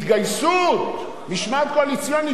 התגייסות, משמעת קואליציונית.